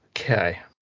okay